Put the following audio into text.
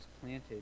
planted